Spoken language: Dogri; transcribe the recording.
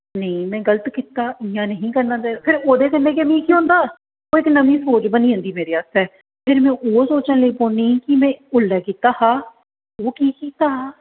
नेईं में गल्त कीता इ'यां नेईं हा करना चाहिदा फिर ओह्दे कन्नै मिगी केह् होंदा ओह् इक नमीं सोच बनी जंदी मेरे आस्तै फिर में ओह् सोचन लगी पौन्नीं कि में उल्लै कीता हा ओह् की कीता हा